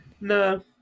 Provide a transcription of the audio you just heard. No